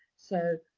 so,